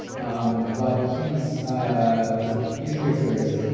um but he's ah he's in good spirits.